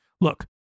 Look